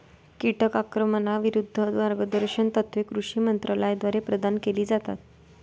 कीटक आक्रमणाविरूद्ध मार्गदर्शक तत्त्वे कृषी मंत्रालयाद्वारे प्रदान केली जातात